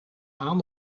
aan